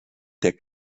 der